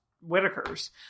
whitaker's